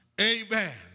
amen